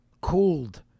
cooled